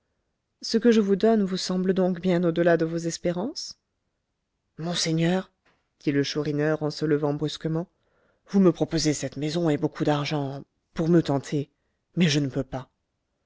ce que je vous donne vous semble donc bien au delà de vos espérances monseigneur dit le chourineur en se levant brusquement vous me proposez cette maison et beaucoup d'argent pour me tenter mais je ne peux pas